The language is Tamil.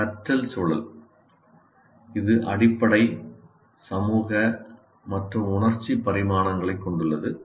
கற்றல் சூழல் இது அடிப்படை சமூக மற்றும் உணர்ச்சி பரிமாணங்களைக் கொண்டுள்ளது